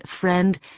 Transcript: friend